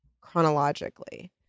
Chronologically